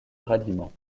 ralliement